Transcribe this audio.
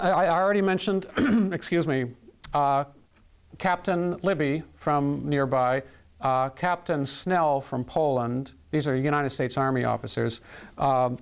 r i already mentioned excuse me captain libby from nearby captain snell from poland these are united states army officers